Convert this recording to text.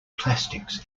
plastics